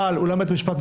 אבל למה לעשות הפוך?